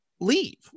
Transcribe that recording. leave